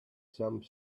some